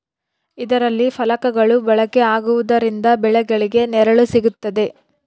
ಇದರಲ್ಲಿ ಫಲಕಗಳು ಬಳಕೆ ಆಗುವುದರಿಂದ ಬೆಳೆಗಳಿಗೆ ನೆರಳು ಸಿಗುತ್ತದೆ